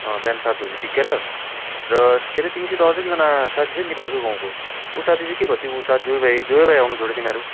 बिहान सात बजी ठिकै ल र के हरे तिमीसित अझै एकजना साथी थियो नि तिमीहरूकै गाउँको ऊ साथी चाहिँ के भए तिम्रो ऊ साथी दुई भाइ दुवै भाइ आउनु छोड्यो तिमीहरू